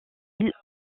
îles